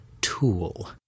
tool